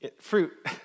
Fruit